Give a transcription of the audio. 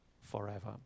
forever